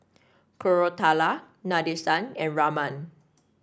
Koratala Nadesan and Raman